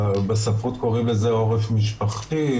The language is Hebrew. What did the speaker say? בספרות קוראים לזה עורף משפחתי,